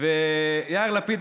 ויאיר לפיד,